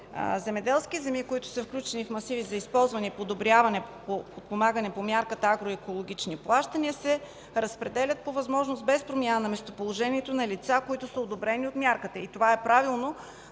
земеделски земи, които са включени в масиви за използване и подпомагане по мярката „Агроекологични плащания”, се разпределят по възможност без промяна на местоположението на лица, които са одобрени от мярката. Това е правилно,